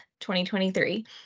2023